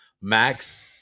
Max